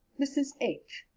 mrs. h.